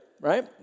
right